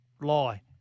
Lie